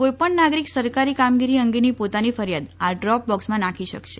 કોઈ પણ નાગરિક સરકારી કામગીરી અંગેની પોતાની ફરિથાદ આ ડ્રોપ બોક્ષમાં નાખી શકશે